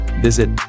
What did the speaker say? visit